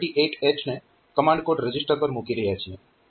આપણે અહીં 38H ને કમાન્ડ કોડ રજીસ્ટર પર મૂકી રહ્યા છીએ